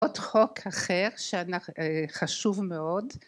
עוד חוק אחר חשוב מאוד